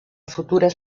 futures